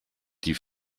die